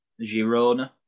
Girona